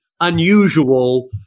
unusual